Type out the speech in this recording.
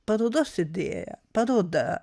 parodos idėja paroda